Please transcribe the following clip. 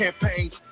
campaigns